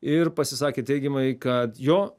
ir pasisakė teigiamai kad jo